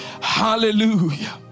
Hallelujah